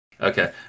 Okay